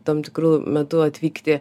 tam tikru metu atvykti